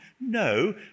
No